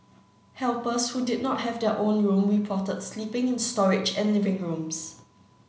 helpers who did not have their own room reported sleeping in storage and living rooms